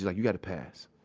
like you got to past.